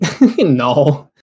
no